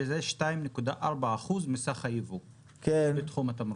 שזה 2.4% מסך הייבוא בתחום התמרוק.